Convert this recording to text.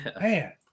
Man